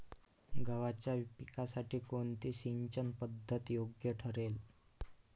गव्हाच्या पिकासाठी कोणती सिंचन पद्धत योग्य ठरेल?